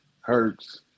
Hurts